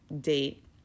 date